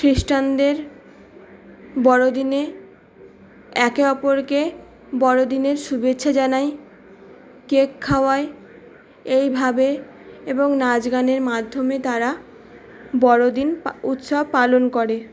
খ্রিস্টানদের বড়োদিনে একে অপরকে বড়োদিনের শুভেচ্ছা জানাই কেক খাওয়ায় এইভাবে এবং নাচ গানের মাধ্যমে তারা বড়োদিন উৎসব পালন করে